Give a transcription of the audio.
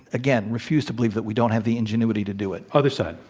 again, refuse to believe that we don't have the ingenuity to do it. other side.